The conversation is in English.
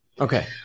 Okay